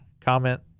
comment